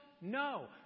No